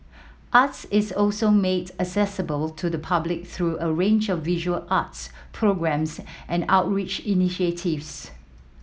art is also made accessible to the public through a range of visual arts programmes and outreach initiatives